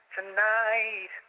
Tonight